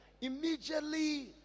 immediately